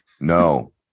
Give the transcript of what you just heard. No